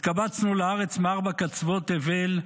התקבצנו לארץ מארבע קצוות תבל,